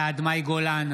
בעד מאי גולן,